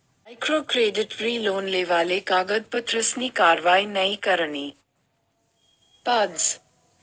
micro क्रेडिटवरी loan लेवाले कागदपत्रसनी कारवायी नयी करणी पडस